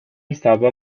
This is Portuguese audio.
estava